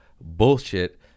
bullshit